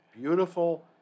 beautiful